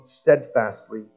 steadfastly